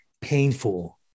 painful